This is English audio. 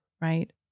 right